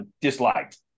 disliked